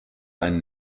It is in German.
einen